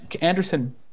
Anderson